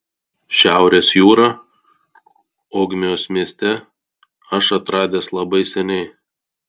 šiaurės jūrą ogmios mieste aš atradęs labai seniai